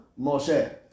Moshe